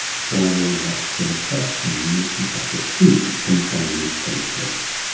stromal vascular fraction, which is like a soup containing stem cells.